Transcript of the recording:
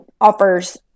offers